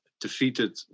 defeated